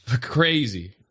Crazy